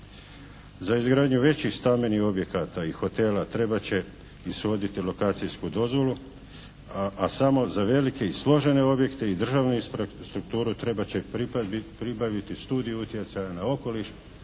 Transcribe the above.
Za izgradnju većih stambenih objekata te hotela trebat će ishoditi lokacijsku dozvolu, a samo za velike i složene objekte i državnu infrastrukturu trebat će pribaviti Studij utjecaja na okoliš,